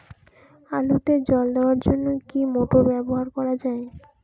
আলুতে জল দেওয়ার জন্য কি মোটর ব্যবহার করা যায়?